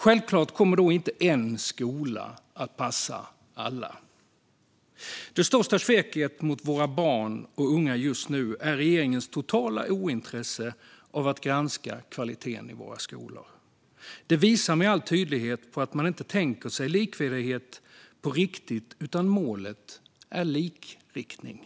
Självklart kommer inte en skola att passa alla. Det största sveket mot våra barn och unga just nu är regeringens totala ointresse av att granska kvaliteten i våra skolor. Det visar med all tydlighet att man inte tänker sig likvärdighet på riktigt utan att målet är likriktning.